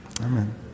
Amen